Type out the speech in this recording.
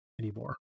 anymore